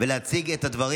עשר דקות.